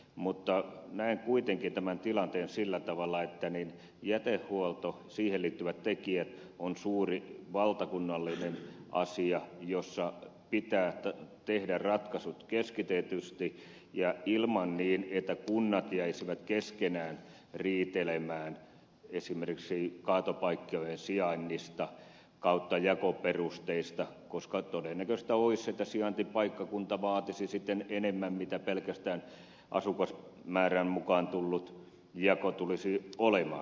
mutta näen kuitenkin tämän tilanteen sillä tavalla että jätehuolto siihen liittyvät tekijät on suuri valtakunnallinen asia jossa pitää tehdä ratkaisut keskitetysti ja ilman että kunnat jäisivät keskenään riitelemään esimerkiksi kaatopaikkojen sijainnista tai jakoperusteista koska todennäköistä olisi että sijaintipaikkakunta vaatisi sitten enemmän mitä pelkästään asukasmäärän mukaan tullut jako tulisi olemaan